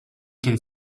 can